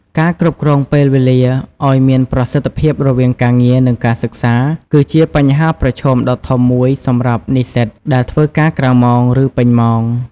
ការគ្រប់គ្រងពេលវេលាឲ្យមានប្រសិទ្ធភាពរវាងការងារ និងការសិក្សា គឺជាបញ្ហាប្រឈមដ៏ធំមួយសម្រាប់និស្សិតដែលធ្វើការក្រៅម៉ោង ឬពេញម៉ោង។